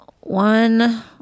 One